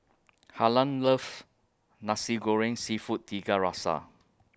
Harlan loves Nasi Goreng Seafood Tiga Rasa